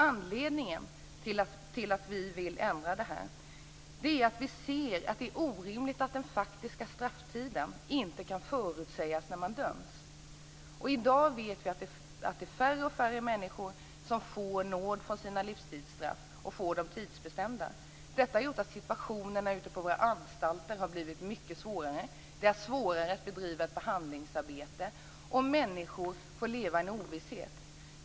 Anledningen till att vi vill ändra detta straff är att vi ser att det är orimligt att den faktiska strafftiden inte kan förutsägas när man döms. I dag vet vi att färre och färre människor får nåd från sina livstidsstraff och får dem tidsbestämda. Detta har gjort att situationen ute på våra anstalter har blivit mycket svårare. Det är svårare att bedriva ett behandlingsarbete om människor får leva i ovisshet.